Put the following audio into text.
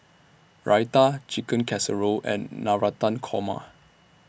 Raita Chicken Casserole and Navratan Korma